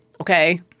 Okay